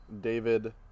David